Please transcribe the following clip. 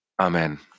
Amen